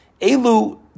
Elu